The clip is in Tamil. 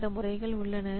அந்த முறைகள் உள்ளன